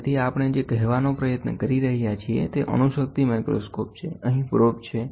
તેથી આપણે જે કહેવાનો પ્રયત્ન કરી રહ્યા છીએ તે અણુશક્તિ માઇક્રોસ્કોપ છે અહીં પ્રોબ છે